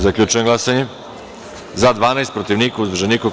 Zaključujem glasanje: za - 12, protiv - niko, uzdržanih – nema.